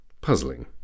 Puzzling